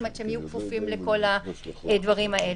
זאת אומרת, שהם יהיו כפופים לכל הדברים האלה.